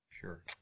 Sure